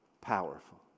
Powerful